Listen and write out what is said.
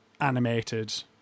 animated